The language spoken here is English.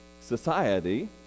society